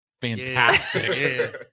fantastic